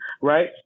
Right